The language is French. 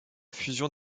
fusion